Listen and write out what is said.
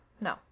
No